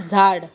झाड